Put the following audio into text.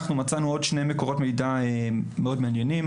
אנחנו מצאנו עוד שני מקורות מידע מאוד מעניינים